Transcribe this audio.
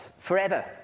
forever